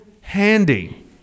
handy